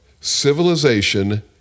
civilization